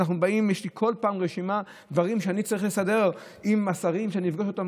כל פעם יש לי רשימה של דברים שאני צריך לסדר עם השרים שאני פוגש פה,